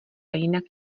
jinak